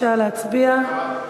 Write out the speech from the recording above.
בבקשה להצביע.